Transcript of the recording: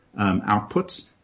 outputs